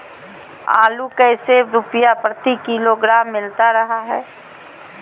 आलू कैसे रुपए प्रति किलोग्राम मिलता रहा है?